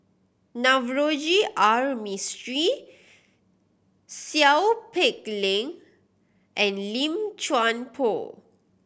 Navroji R Mistri Seow Peck Leng and Lim Chuan Poh